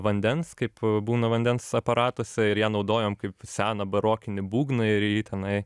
vandens kaip būna vandens aparatuose ir ją naudojom kaip seną barokinį būgną ir į jį tenai